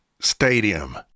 Stadium